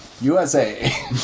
USA